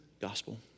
gospel